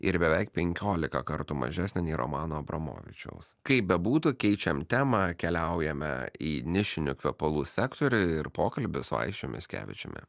ir beveik penkiolika kartų mažesnė nei romano abramovičiaus kaip bebūtų keičiam temą keliaujame į nišinių kvepalų sektorių ir pokalbis su aisčiu mickevičiumi